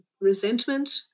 resentment